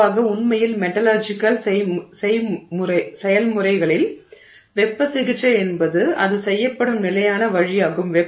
பொதுவாக உண்மையில் மெட்டலர்ஜிக்கல் செயல்முறைகளில் வெப்ப சிகிச்சை என்பது இது செய்யப்படும் நிலையான வழியாகும்